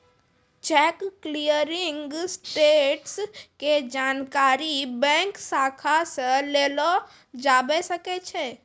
cheque clearing status के जानकारी bank शाखा से लेलो जाबै सकै छै